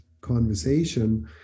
conversation